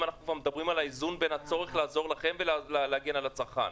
אם אנחנו כבר מדברים על האיזון בין הצורך לעזור לכם ולהגן על הצרכן.